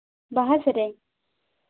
ᱵᱟᱦᱟ ᱥᱮᱨᱮᱧ